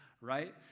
right